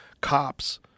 cops